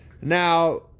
now